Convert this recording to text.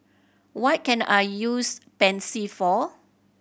what can I use Pansy for